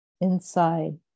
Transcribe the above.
Inside